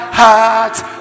hearts